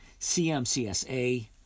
CMCSA